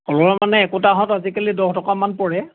কলহত মানে একোটাহঁত আজিকালি দহ টকামান পৰে